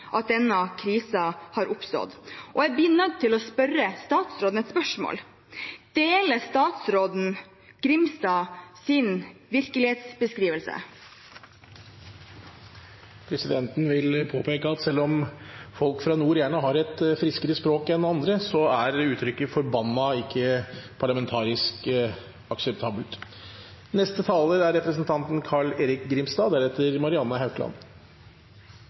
at denne krisen har oppstått, og jeg blir nødt til å stille statsråden et spørsmål: Deler statsråden representanten Grimstads virkelighetsbeskrivelse? Presidenten vil påpeke at selv om folk fra nord gjerne har et friskere språk enn andre, er ordet «forbannet» ikke parlamentarisk akseptabelt. Representanten Carl-Erik Grimstad